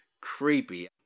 creepy